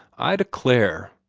i declare!